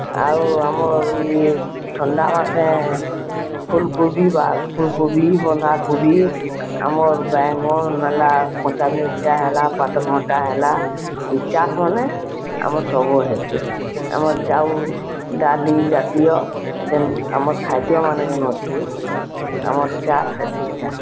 ଆଉ ଆମର୍ ଇ ଥଣ୍ଡା ମାସେ ଫୁଲ୍ କୋବି ବା ଫୁଲ୍ କୋବି ବନ୍ଧା କୋବି ଆମର୍ ବାଏଗନ୍ ହେଲା କଞ୍ଚା ମିର୍ଚା ହେଲା ପାତଲ୍ଘଣ୍ଟା ହେଲା ଇ ଚାଷ୍ମାନେ ଆମର୍ ସବୁ ହେସି ଆମର୍ ଚାଉଲ୍ ଡାଲି ଜାତୀୟ ଯେନ୍ ଆମର୍ ଖାଦ୍ୟ ମାନେ ଯେନ୍ ଅଛେ ଆମର୍ ଚାଷ୍ ହେସି ଇଟା